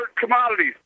commodities